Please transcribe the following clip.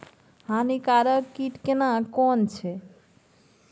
हानिकारक कीट केना कोन छै?